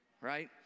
Right